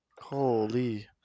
Holy